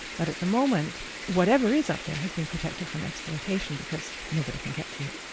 but at the moment whatever is up there has been protected from exploitation because nobody can get to it.